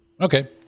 Okay